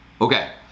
Okay